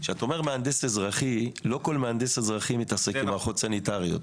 לא כל מהנדס אזרחי מתעסק במערכות סניטריות.